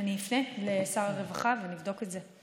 אני אפנה אל שר הרווחה ונבדוק את זה.